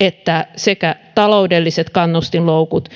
että sekä taloudelliset kannustinloukut